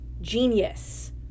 Genius